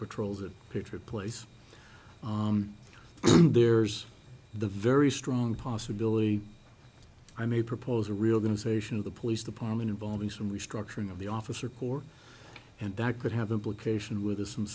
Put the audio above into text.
patrols that picture place there's a very strong possibility i may propose a real going to say sion of the police department involving some restructuring of the officer corps and that could have implication with us and